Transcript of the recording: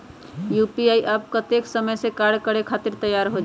UPI app कतेइक समय मे कार्य करे खातीर तैयार हो जाई?